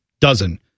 dozen